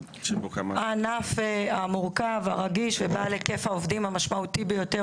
הענף המורכב והרגיש ובעל היקף העובדים המשמעותי ביותר